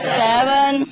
seven